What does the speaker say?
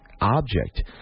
object